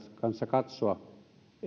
kanssa katsoa